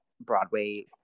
Broadway